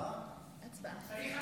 אתה עושה הצבעה?